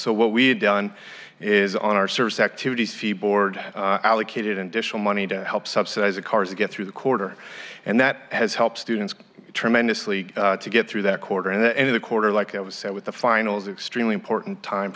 so what we've done is on our service activities fee board allocated additional money to help subsidize the cars to get through the quarter and that has helped students tremendously to get through that quarter and the end of the quarter like i was with the finals extremely important time